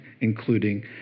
including